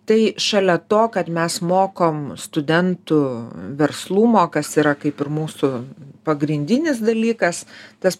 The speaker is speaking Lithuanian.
tai šalia to kad mes mokom studentų verslumo kas yra kaip ir mūsų pagrindinis dalykas tas